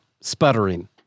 sputtering